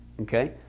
Okay